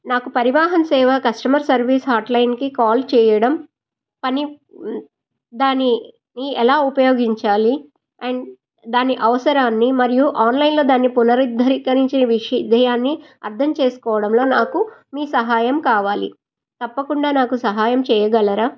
నాకు పరివాహం సేవ కస్టమర్ సర్వీస్ హాట్లైన్కి కాల్ చేయడం కానీ దాని ని ఎలా ఉపయోగించాలి అండ్ దాని అవసరాన్ని మరియు ఆన్లైన్లో దాన్ని పునరుద్ధరీకరించిన విషి విషయాన్ని అర్థం చేసుకోవడంలో నాకు మీ సహాయం కావాలి తప్పకుండా నాకు సహాయం చేయగలరా